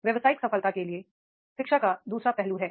व्यावसायिक सफलता के लिए शि क्षा का दू सरा पहलू है